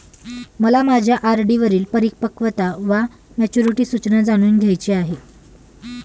मला माझ्या आर.डी वरील परिपक्वता वा मॅच्युरिटी सूचना जाणून घ्यायची आहे